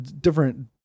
different